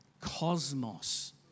cosmos